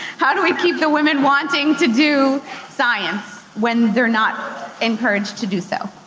how do we keep the women wanting to do science when they're not encouraged to do so?